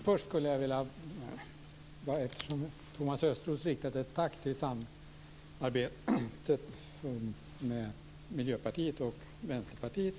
Herr talman! Thomas Östros riktade ett tack för samarbetet med Miljöpartiet och Vänsterpartiet.